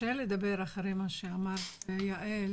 קשה לדבר אחרי מה שאמרת, יעל.